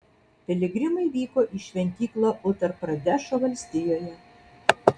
piligrimai vyko į šventyklą utar pradešo valstijoje